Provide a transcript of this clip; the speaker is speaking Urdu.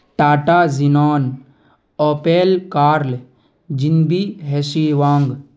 Tata Xenon Opel Karl